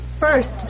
First